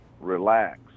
relax